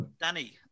Danny